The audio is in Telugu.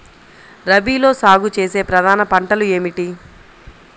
రబీలో సాగు చేసే ప్రధాన పంటలు ఏమిటి?